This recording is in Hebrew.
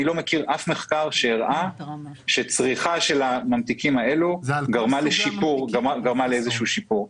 אני לא מכיר אף מחקר שהראה שצריכה של הממתיקים האלה גרמה לאיזשהו שיפור.